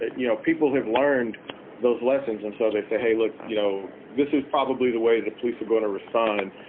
you know, people have learned those lessons. and so they say, hey, look, you know, this is probably the way the police are going to respond.